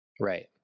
right